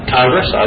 Congress